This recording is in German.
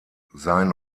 sein